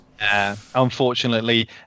Unfortunately